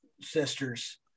sisters